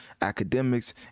academics